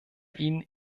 ihn